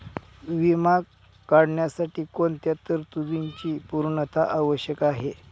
विमा काढण्यासाठी कोणत्या तरतूदींची पूर्णता आवश्यक आहे?